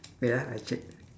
wait ah I check